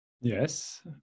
Yes